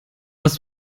was